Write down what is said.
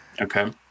Okay